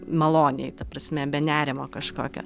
maloniai ta prasme be nerimo kažkokio